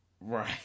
right